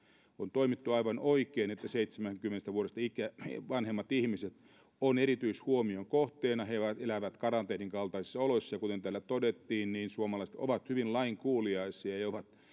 on toimittu aivan oikein että seitsemänkymmentä vuotta vanhemmat ihmiset ovat erityishuomion kohteena he elävät karanteenin kaltaisissa oloissa ja kuten täällä todettiin niin suomalaiset ovat hyvin lainkuuliaisia ja